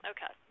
Okay